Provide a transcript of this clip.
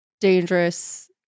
dangerous